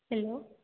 hello